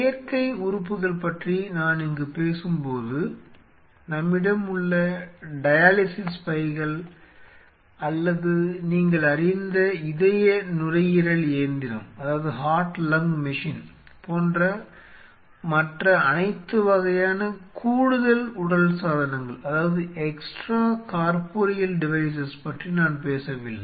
செயற்கை உறுப்புகள் பற்றி நான் இங்கு பேசும்போது நம்மிடம் உள்ள டயாலிசிஸ் பைகள் அல்லது நீங்கள் அறிந்த இதய நுரையீரல் இயந்திரம் போன்ற மற்ற அனைத்து வகையான கூடுதல் உடல் சாதனங்களைப் பற்றி நான் பேசவில்லை